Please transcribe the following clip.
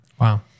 Wow